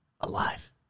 Alive